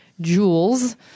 jewels